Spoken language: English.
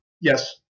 Yes